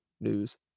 news